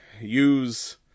use